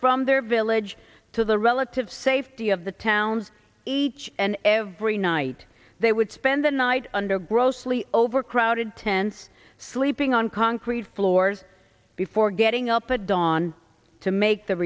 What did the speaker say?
from their village to the relative safety of the towns each and every night they would spend the night under grossly overcrowded tents sleeping on concrete floors before getting up at dawn to make the